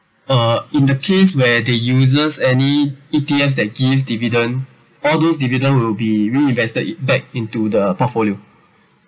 uh in the case where they use any E_T_S that gives dividend all those dividend will be reinvested it back into the portfolio